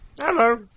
Hello